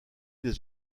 des